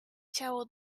ciało